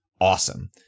awesome